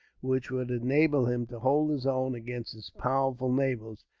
which would enable him to hold his own against his powerful neighbours,